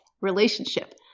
relationship